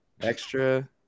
extra